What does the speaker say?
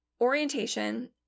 orientation